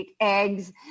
eggs